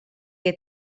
que